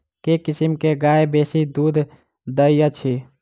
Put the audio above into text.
केँ किसिम केँ गाय बेसी दुध दइ अछि?